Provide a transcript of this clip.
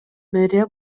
мэрия